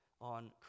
on